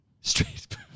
Straight